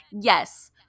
yes